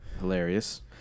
hilarious